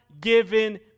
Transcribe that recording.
given